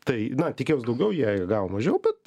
tai na tikėjaus daugiau jei gavo mažiau bet